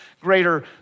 greater